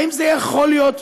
האם זה יכול להיות?